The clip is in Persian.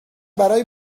برای